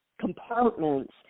compartments